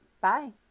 Bye